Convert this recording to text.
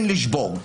כן לשבור.